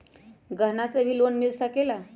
गहना से भी लोने मिल सकेला?